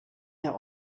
der